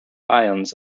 ions